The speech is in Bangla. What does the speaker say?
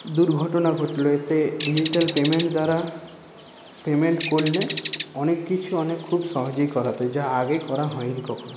দুর্ঘটনা ঘটল এতে ডিজিটাল পেমেন্ট দ্বারা পেমেন্ট করলে অনেক কিছু অনেক খুব সহজেই করা তো যায় যা আগে করা হয়নি কখন